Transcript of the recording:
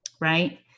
Right